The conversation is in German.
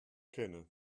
kenne